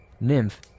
Nymph